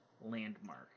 Landmark